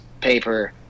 paper